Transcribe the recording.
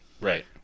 Right